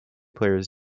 players